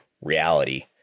reality